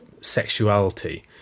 sexuality